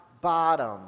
bottom